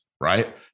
right